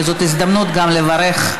40 מתנגדים, אין נמנעים.